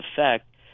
effect